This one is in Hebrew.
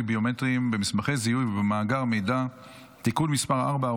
ביומטריים במסמכי זיהוי ובמאגר מידע (תיקון מס' 4,